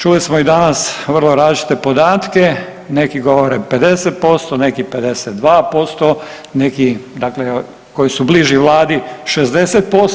Čuli smo i danas vrlo različite podatke, neki govore 50%, neki 52%, neki dakle koji su bliži vladi 60%